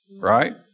right